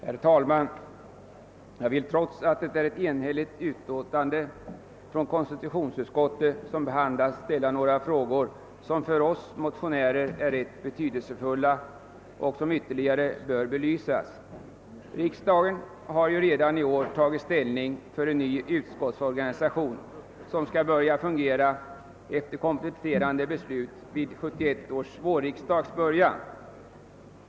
Herr talman! Jag vill, trots att det är ett enhälligt utlåtande från konstitutionsutskottet som behandlas, ställa några frågor, som för oss motionärer är rätt betydelsefulla och som bör få en ytterligare belysning. Riksdagen har redan i år tagit ställ-. ning för en ny utskottsorganisation som skall börja fungera efter kompletterande beslut vid 1971 års vårriksdags början.